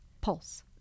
pulse